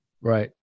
Right